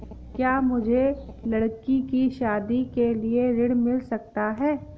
क्या मुझे लडकी की शादी के लिए ऋण मिल सकता है?